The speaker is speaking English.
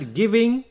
giving